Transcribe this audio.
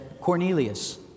Cornelius